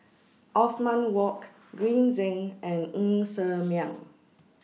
Othman Wok Green Zeng and Ng Ser Miang